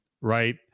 right